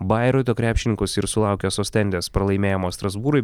bairoito krepšininkus ir sulaukęs ostendės pralaimėjimo strasbūrui